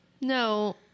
No